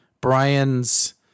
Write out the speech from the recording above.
Brian's